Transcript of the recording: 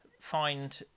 find